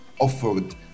offered